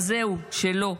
אז זהו, שלא.